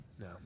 No